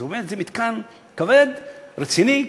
זאת אומרת, זה מתקן כבד, רציני.